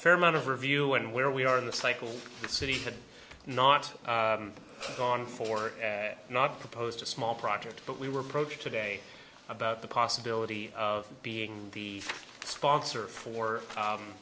fair amount of review and where we are in the cycle the city had not gone for not proposed a small project but we were approached today about the possibility of being the sponsor for